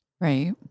Right